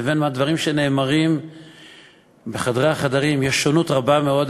לבין הדברים שנאמרים בחדרי-חדרים יש שונות רבה מאוד,